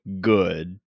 good